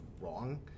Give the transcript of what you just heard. wrong